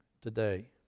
today